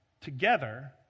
together